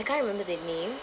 I can't remember the name